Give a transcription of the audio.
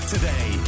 today